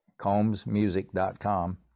combsmusic.com